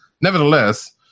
nevertheless